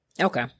Okay